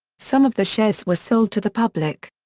some of the shares were sold to the public.